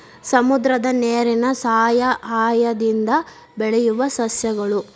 ಸಮುದ್ರದ ನೇರಿನ ಸಯಹಾಯದಿಂದ ಬೆಳಿಯುವ ಸಸ್ಯಗಳು